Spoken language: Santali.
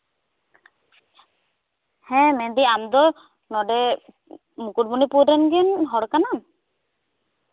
ᱦᱮᱸ ᱢᱮᱱᱫᱤᱧ ᱟᱢᱫᱚ ᱱᱚᱰᱮ ᱢᱩᱠᱩᱢᱚᱱᱤᱯᱩᱨ ᱨᱮᱱᱜᱮ ᱦᱚᱲ ᱠᱟᱱᱟᱢ